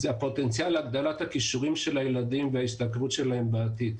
הפוטנציאל להגדלת הכישורים של הילדים וההשתכרות שלהם בעתיד.